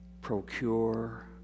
Procure